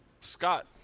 Scott